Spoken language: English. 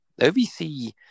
OVC